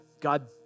God